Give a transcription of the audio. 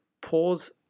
pause